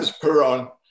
Peron